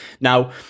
Now